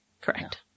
Correct